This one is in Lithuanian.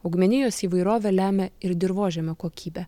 augmenijos įvairovę lemia ir dirvožemio kokybė